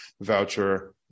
voucher